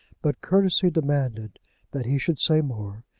but courtesy demanded that he should say more,